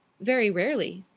very rarely.